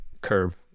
curve